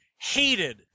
Hated